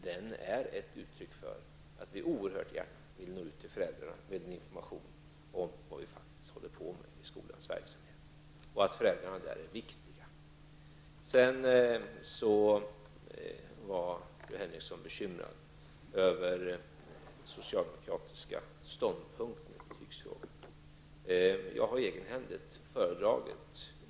Den är ett uttryck för att vi oerhört gärna vill nå ut till föräldrarna med en information om vad som sker inom skolans verksamhet och att föräldrarna är viktiga i detta sammanhang. Fru Henriksson sade att hon var bekymrad över den socialdemokratiska ståndpunkten i betygsfrågan.